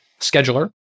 scheduler